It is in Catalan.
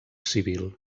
civil